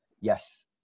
yes